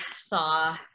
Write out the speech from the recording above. saw